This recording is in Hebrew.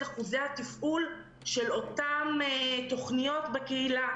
אחוזי התפעול של אותן תוכניות בקהילה.